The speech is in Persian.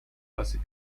آسیب